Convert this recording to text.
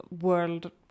world